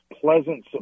pleasant